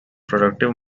productive